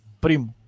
Primo